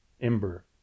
Ember